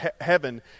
heaven